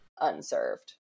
unserved